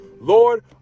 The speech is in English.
Lord